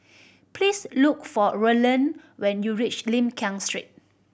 please look for Rolland when you reach Lim Street